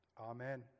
Amen